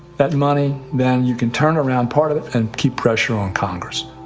that money, then, you can turn around part of it and keep pressure on congress.